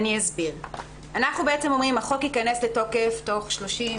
אנחנו אומרים שהחוק ייכנס לתוקף תוך 30,